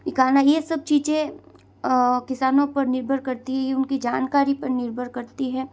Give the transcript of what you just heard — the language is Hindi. निकालना यह सब चीज़ें किसानों पर निर्भर करती है यह उनकी जानकारी पर निर्भर करती है